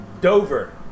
Dover